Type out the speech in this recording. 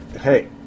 hey